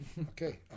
Okay